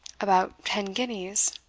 about ten guineas.